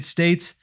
States